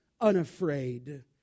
unafraid